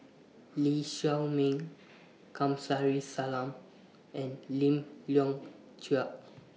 Lee Chiaw Meng Kamsari Salam and Lim Leong Geok